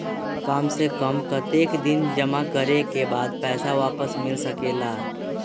काम से कम कतेक दिन जमा करें के बाद पैसा वापस मिल सकेला?